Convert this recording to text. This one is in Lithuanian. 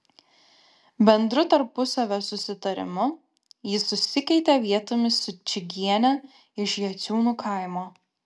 bendru tarpusavio susitarimu jis susikeitė vietomis su čigiene iš jaciūnų kaimo